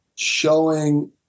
showing